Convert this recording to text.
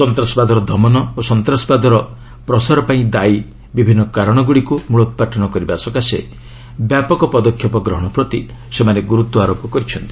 ସନ୍ତାସବାଦର ଦମନ ଓ ସନ୍ତାସବାଦର ପ୍ରସାର ବୃଦ୍ଧି ପାଇଁ ଦାୟୀ ବିଭିନ୍ନ କାରଣଗୁଡ଼ିକୁ ମୂଳଉତ୍ପାଟନ କକବେ ସକାଶେ ବ୍ୟାପକ ପଦକ୍ଷେପ ଗ୍ରହଣ ପ୍ରତି ସେମାନେ ଗୁରୁତ୍ୱାରୋପ କରିଛନ୍ତି